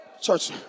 Church